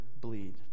bleed